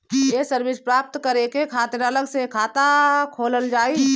ये सर्विस प्राप्त करे के खातिर अलग से खाता खोलल जाइ?